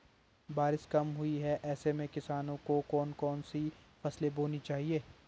बारिश कम हुई है ऐसे में किसानों को कौन कौन सी फसलें बोनी चाहिए?